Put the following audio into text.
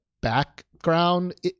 background